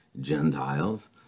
Gentiles